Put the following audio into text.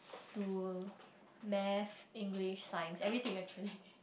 to math English science everything actually